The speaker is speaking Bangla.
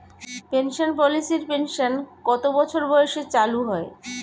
পেনশন পলিসির পেনশন কত বছর বয়সে চালু হয়?